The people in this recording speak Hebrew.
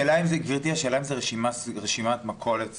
השאלה אם זאת רשימת מכולת סגורה.